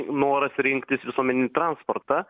noras rinktis visuomeninį transportą